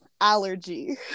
allergy